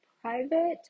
private